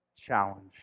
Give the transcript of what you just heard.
challenge